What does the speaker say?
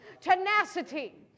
tenacity